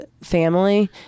family